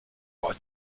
war